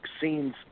scenes